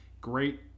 great